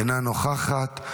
אינה נוכחת,